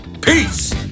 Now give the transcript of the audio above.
Peace